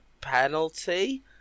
penalty